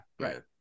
right